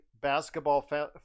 basketball